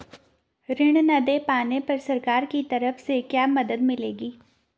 ऋण न दें पाने पर सरकार की तरफ से क्या मदद मिलेगी?